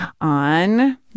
on